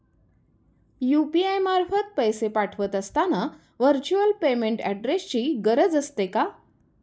UPI मार्फत पैसे पाठवत असताना व्हर्च्युअल पेमेंट ऍड्रेसची गरज असते का?